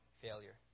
failure